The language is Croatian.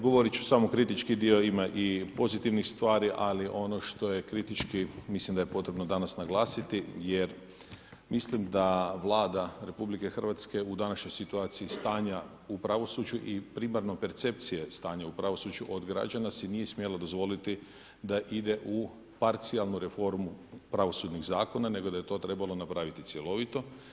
Govoriti ću samo, kritički dio ima i pozitivnih stvari, ali ono što je kritički, mislim da je potrebno danas naglasiti, jer mislim da Vlada RH, u današnjoj situaciji stanja u pravosuđu i primarno percepcije stanja u pravosuđu od građana se nije smijalo dozvoliti da ide u parcijalnu reformu pravosudnih zakona, nego da je to trebalo napraviti cjelovito.